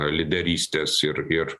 lyderystės ir ir